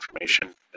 information